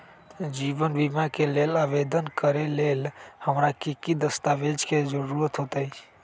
जीवन बीमा के लेल आवेदन करे लेल हमरा की की दस्तावेज के जरूरत होतई?